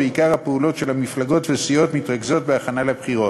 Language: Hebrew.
ועיקר הפעולות של המפלגות והסיעות מתרכז בהכנה לבחירות.